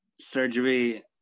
surgery